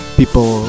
people